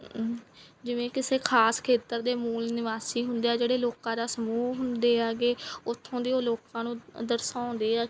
ਜਿਵੇਂ ਕਿਸੇ ਖ਼ਾਸ ਖੇਤਰ ਦੇ ਮੂਲ ਨਿਵਾਸੀ ਹੁੰਦੇ ਆ ਜਿਹੜੇ ਲੋਕਾਂ ਦਾ ਸਮੂਹ ਹੁੰਦੇ ਹੈਗੇ ਉੱਥੋਂ ਦੇ ਉਹ ਲੋਕਾਂ ਨੂੰ ਦਰਸਾਉਂਦੇ ਆ